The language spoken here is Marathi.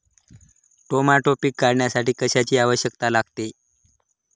टोमॅटो पीक काढण्यासाठी कशाची आवश्यकता लागते?